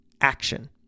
action